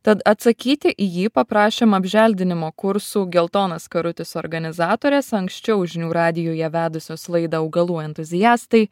tad atsakyti į jį paprašėm apželdinimo kursų geltonas karutis organizatorės anksčiau žinių radijuje vedusios laidą augalų entuziastai